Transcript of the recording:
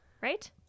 right